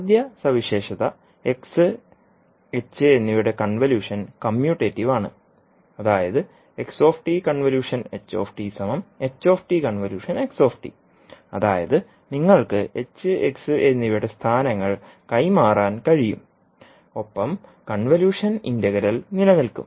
ആദ്യ സവിശേഷത h x എന്നിവയുടെ കൺവല്യൂഷൻ കമ്മ്യൂട്ടേറ്റീവ് ആണ് അതായത് അതായത് നിങ്ങൾക്ക് hx എന്നിവയുടെ സ്ഥാനങ്ങൾ കൈമാറാൻ കഴിയും ഒപ്പം കൺവല്യൂഷൻ ഇന്റഗ്രൽ നിലനിൽക്കും